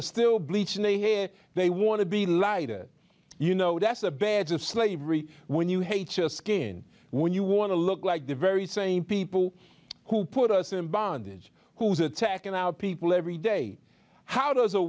are still bleach in a hair they want to be lighter you know that's a badge of slavery when you hate your skin when you want to look like the very same people who put us in bondage who's attacking our people every day how does a